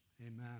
Amen